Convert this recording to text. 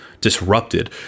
disrupted